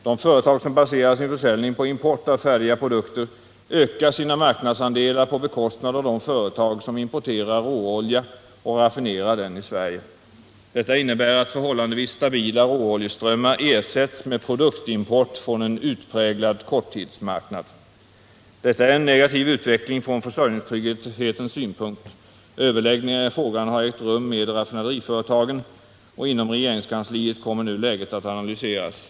De företag som baserar sin försäljning på import av färdiga produkter ökar sina marknadsandelar på bekostnad av de företag som importerar råolja och raffinerar den i Sverige. Detta innebär att förhållandevis stabila råoljeströmmar ersätts med produktimport från en utpräglad korttidsmarknad. Detta är en negativ utveckling från försörjningstrygghetens synpunkt. Överläggningar i frågan har ägt rum med raffinaderiföretagen. Inom regeringskansliet kommer nu läget att analyseras.